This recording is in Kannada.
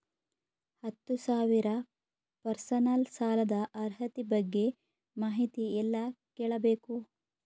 ಹತ್ತು ಸಾವಿರ ಪರ್ಸನಲ್ ಸಾಲದ ಅರ್ಹತಿ ಬಗ್ಗೆ ಮಾಹಿತಿ ಎಲ್ಲ ಕೇಳಬೇಕು?